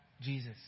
Jesus